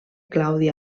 claudi